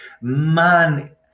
man